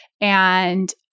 And-